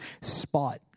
spot